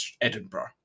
Edinburgh